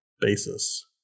basis